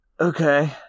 Okay